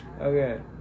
Okay